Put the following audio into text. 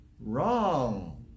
Wrong